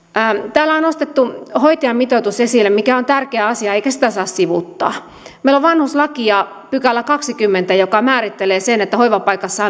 täällä on nostettu hoitajamitoitus esille mikä on tärkeä asia eikä sitä saa sivuuttaa meillä on vanhuslaki kahdeskymmenes pykälä joka määrittelee sen että hoivapaikassa